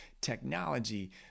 technology